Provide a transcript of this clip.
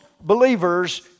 believers